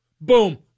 Boom